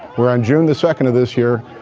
where on june the second of this year,